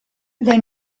they